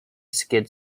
skid